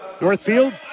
Northfield